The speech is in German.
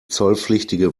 zollpflichtige